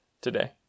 today